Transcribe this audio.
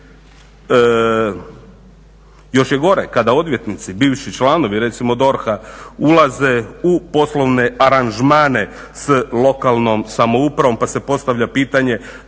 Još je gore kada odvjetnici, bivši članovi recimo DORH-a ulaze u poslovne aranžmane s lokalnom samoupravom pa se postavlja pitanje